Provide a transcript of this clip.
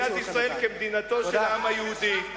במדינת ישראל כמדינתו של העם היהודי.